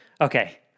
okay